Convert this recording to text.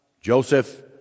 Joseph